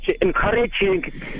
encouraging